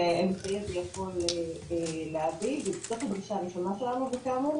אמור כביכול להביא וזאת הדרישה הראשונה שלנו.